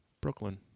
Brooklyn